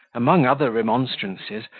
among other remonstrances,